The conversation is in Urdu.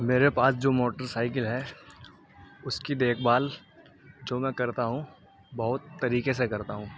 میرے پاس جو موٹر سائیکل ہے اس کی دیکھ بھال جو میں کرتا ہوں بہت طریقے سے کرتا ہوں